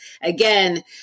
again